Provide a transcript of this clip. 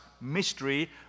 mystery